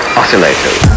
oscillators